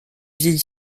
vieille